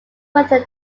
whether